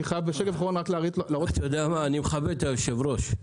אני מכבד את היושב-ראש.